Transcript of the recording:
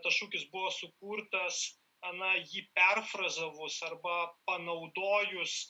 tas šūkis buvo sukurtas ana jį perfrazavus arba panaudojus